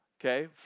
Okay